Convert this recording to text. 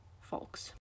folks